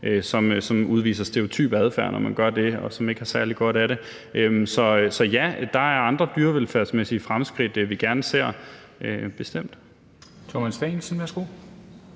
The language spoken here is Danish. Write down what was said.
som udviser stereotyp adfærd, når man gør det, og som ikke har særlig godt af det. Så ja, der er andre dyrevelfærdsmæssige fremskridt, vi gerne ser, bestemt.